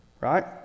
right